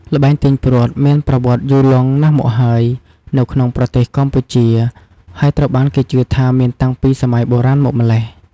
ល្បែងទាញព្រ័ត្រមានប្រវត្តិយូរលង់ណាស់មកហើយនៅក្នុងប្រទេសកម្ពុជា ហើយត្រូវបានគេជឿថាមានតាំងពីសម័យបុរាណមកម្ល៉េះ។